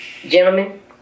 Gentlemen